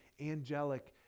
angelic